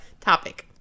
topic